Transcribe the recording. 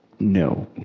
No